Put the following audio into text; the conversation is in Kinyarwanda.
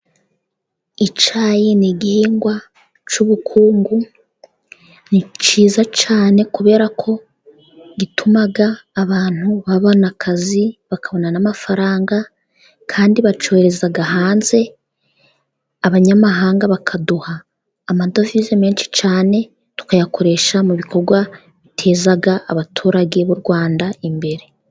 Icyayi ni igihingwa cy'ubukungu, ni cyiza cyane kubera ko gituma abantu babona akazi, bakabona n'amafaranga. Kandi bacyohereza hanze, abanyamahanga bakaduha amadovize menshi cyane tukayakoresha mu bikorwa biteza abaturage b'u Rwanda imbere.